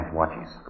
watches